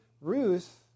Ruth